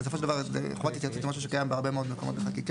בסופו של דבר זה קיים בהרבה מאוד מקומות בחקיקה,